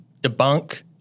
debunk